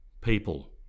People